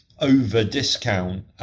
over-discount